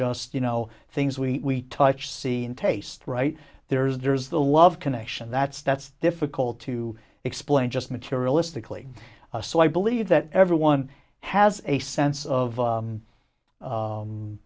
just you know things we touch see in taste right there's there's a love connection that's that's difficult to explain just materialistically so i believe that everyone has a sense of